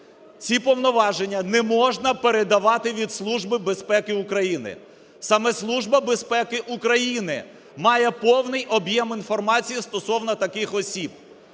ці повноваження неможна передавати від Служби безпеки України. Саме Служба безпеки України має повний об'єм інформації стосовно таких осіб.